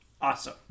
Awesome